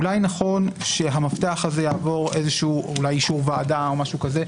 אולי נכון שהמפתח הזה יעבור איזשהו אישור ועדה או משהו כזה.